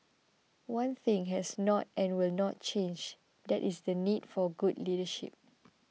one thing has not and will not change that is the need for good leadership